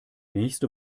nächste